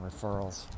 referrals